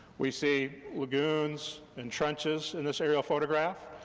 we see lagoons and trenches in this aerial photograph.